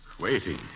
Waiting